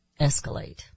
escalate